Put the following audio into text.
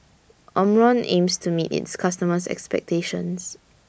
Omron aims to meet its customers' expectations